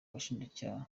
bashinjacyaha